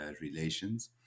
relations